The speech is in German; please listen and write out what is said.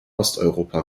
osteuropa